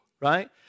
right